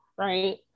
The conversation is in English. right